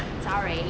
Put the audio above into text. sorry